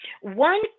one